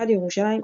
ברדיו ירושלים,